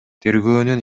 тергөөнүн